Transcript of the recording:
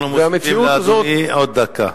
אנחנו מוסיפים לאדוני עוד דקה.